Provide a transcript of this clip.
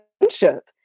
friendship